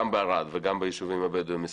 גם בערד וגם בישובים הבדואים מסביב,